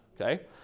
okay